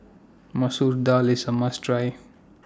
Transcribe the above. Masoor Dal IS A must Try